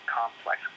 complex